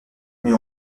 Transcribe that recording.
mais